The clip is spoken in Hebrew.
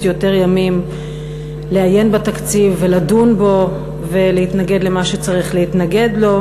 יותר ימים לעיין בתקציב ולדון בו ולהתנגד למה שצריך להתנגד לו.